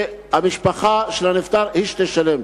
המשפחה של הנפטר היא שתשלם.